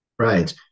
Right